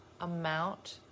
amount